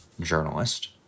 journalist